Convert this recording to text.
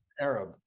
Arab